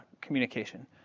communication